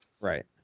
Right